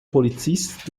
polizist